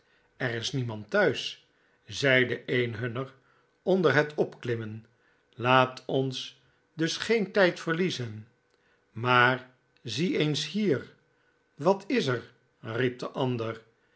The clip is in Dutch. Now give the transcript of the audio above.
er is niemand thuis zeide een hunner oncler het opklimmen laat ons dus geen tijd vorliezen maar zie eens hier wat is er riep de ander